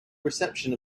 reception